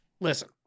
listen